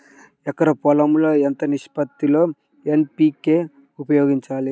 ఎకరం పొలం లో ఎంత నిష్పత్తి లో ఎన్.పీ.కే ఉపయోగించాలి?